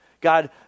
God